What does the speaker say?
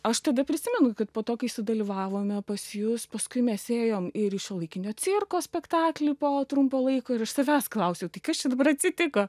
aš tada prisimenu kad po to kai sudalyvavome pas jus paskui mes ėjom į šiuolaikinio cirko spektaklį po trumpo laiko ir aš savęs klausiau tai kas čia dabar atsitiko